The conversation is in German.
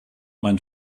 mein